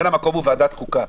לכן המקום הוא ועדת חוקה.